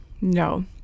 No